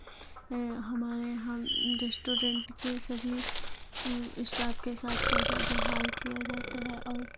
हमारे यहाँ रेस्टोरेंट के सभी स्टाफ के साथ कैसा व्यवहार किया जाता है और